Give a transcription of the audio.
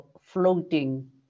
floating